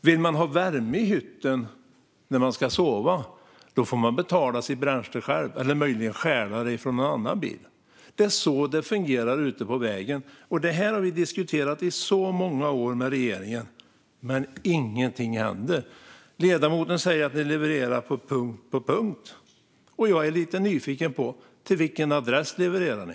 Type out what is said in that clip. Vill man ha värme i hytten när man ska sova får man betala sitt bränsle själv eller möjligen stjäla det från en annan bil. Det är så det fungerar ute på vägen. Det här har vi diskuterat i många år med regeringen, men ingenting händer. Ledamoten säger att ni levererar på punkt efter punkt, och jag är nyfiken på: Till vilken adress levererar ni?